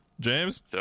James